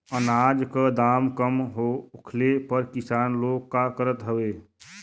अनाज क दाम कम होखले पर किसान लोग का करत हवे?